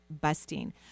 busting